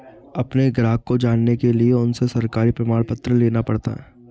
अपने ग्राहक को जानने के लिए उनसे सरकारी प्रमाण पत्र लेना पड़ता है